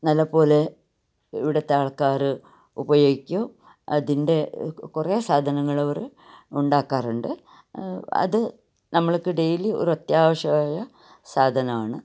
നല്ലതു പോലെ ഇവിടുത്തെ ആൾക്കാർ ഉപയോഗിക്കും അതിൻ്റെ കുറെ സാധനങ്ങളവർ ഉണ്ടാക്കാറുണ്ട് അത് നമ്മൾക്ക് ഡെയിലി ഒരു അത്യാവശ്യമായ സാധനമാണ്